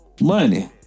Money